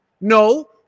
No